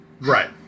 right